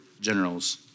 generals